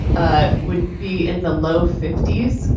ah would be in the low fifty s.